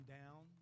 down